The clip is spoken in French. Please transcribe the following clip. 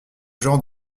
genre